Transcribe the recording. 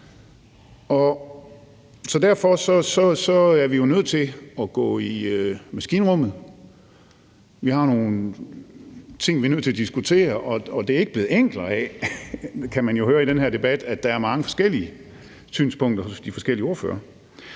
derfor er vi jo nødt til at gå i maskinrummet. Vi har nogle ting, vi er nødt til at diskutere. Og det er ikke blevet enklere af, kan man jo høre i den her debat, at der er mange forskellige synspunkter hos de forskellige ordførere.